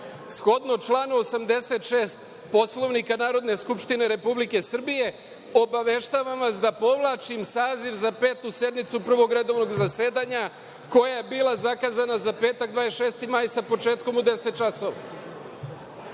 Shodno članu 86. Poslovnika Narodne skupštine Republike Srbije, obaveštavam vas da povlačim saziv za Petu sednicu Prvog redovnog zasedanja, koja je bila zakazana za petak 26. maj, sa početkom u 10,00